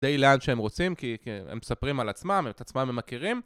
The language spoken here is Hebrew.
די לאן שהם רוצים כי הם מספרים על עצמם, את עצמם הם מכירים